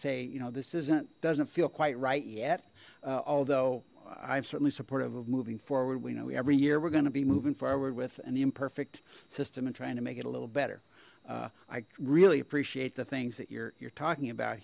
say you know this isn't doesn't feel quite right yet although i'm certainly supportive of moving forward we know every year we're going to be moving forward with an imperfect system and trying to make it a little better i really appreciate the things that you're you're talking about